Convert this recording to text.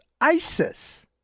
ISIS